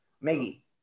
Maggie